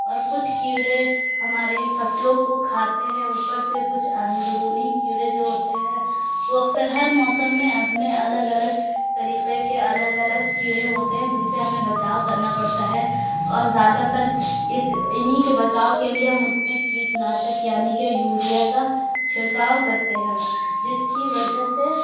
اور کچھ کیڑے ہماری فصلوں کو کھاتے ہیں اوپر سے کچھ اندرونی کیڑے جو ہوتے ہیں وہ اکثر ہر موسم میں اپنے الگ الگ طریقے کے الگ الگ کیڑے ہوتے ہیں جن سے ہمیں بچاؤ كرنا پڑتا ہے اور زیادہ تر اس ان ہی كے بچاؤ كے لیے ہم ان پہ كیٹناشک یعنی كہ یوریا كا چھڑكاؤ كرتے ہیں جس كی وجہ سے